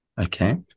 okay